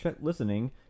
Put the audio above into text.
listening